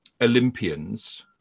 Olympians